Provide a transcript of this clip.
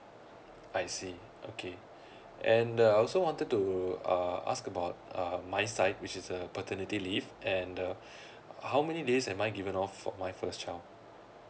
I see okay and the I also wanted to uh ask about uh my side which is uh paternity leave and uh how many days am I given off for my first child